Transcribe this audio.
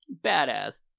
Badass